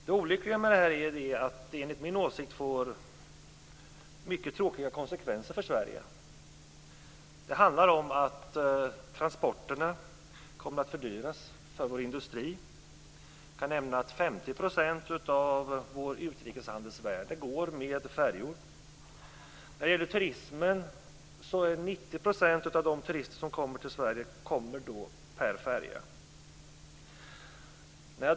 Det olyckliga med det här är att det enligt min mening får mycket tråkiga konsekvenser för Sverige. Transporterna kommer att fördyras för vår industri. Jag kan nämna att 50 % av värdet av vår utrikeshandel går med färjor. 90 % av de turister som kommer till Sverige kommer med färjor.